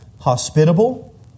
hospitable